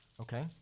Okay